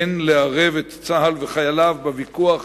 אין לערב את צה"ל ואת חייליו בוויכוח